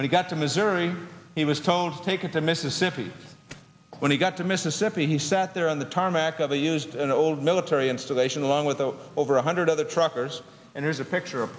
when he got to missouri he was told to take the mississippi when he got to mississippi he sat there on the tarmac of a used an old military installation along with the over one hundred other truckers and there's a picture of